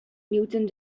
newton